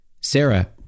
Sarah